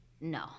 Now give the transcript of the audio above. no